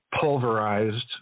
pulverized